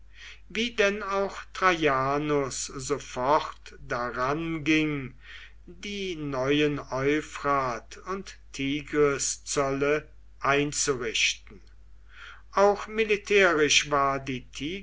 wie denn auch traianus sofort daran ging die neuen euphrat und tigriszölle einzurichten auch militärisch war die